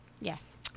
Yes